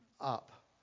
up